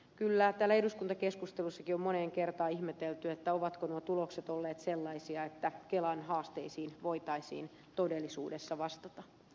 kyllä täällä eduskuntakeskustelussakin on moneen kertaan ihmetelty ovatko nuo tulokset olleet sellaisia että kelan haasteisiin voitaisiin todellisuudessa vastata